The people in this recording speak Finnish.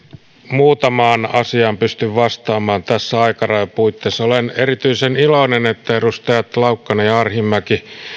muutamaan asiaan pystyn vastaamaan näissä aikarajapuitteissa olen erityisen iloinen että edustajat laukkanen ja arhinmäki